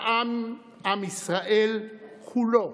עם ישראל כולו.